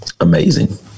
amazing